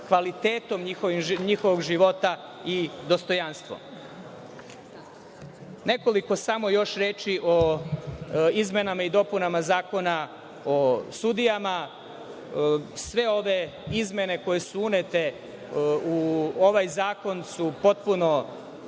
kvalitetom njihovog života i dostojanstva. Još samo nekoliko reči o izmenama i dopunama Zakona o sudijama. Sve ove izmene koje su unete u ovaj zakon su potpuno